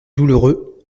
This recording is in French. douloureux